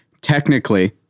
Technically